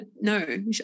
no